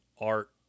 art